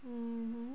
mmhmm